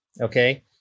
okay